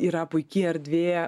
yra puiki erdvė